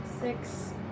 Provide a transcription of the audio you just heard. Six